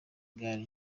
gare